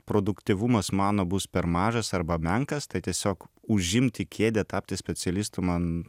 produktyvumas mano bus per mažas arba menkas tai tiesiog užimti kėdę tapti specialistu man